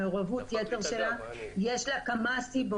למעורבות היתר שלה יש כמה סיבות,